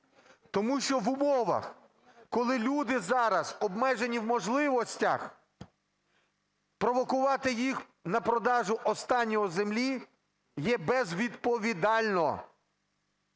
Тому що в умовах, коли люди зараз обмежені в можливостях, провокувати їх на продаж останнього – землі є безвідповідально.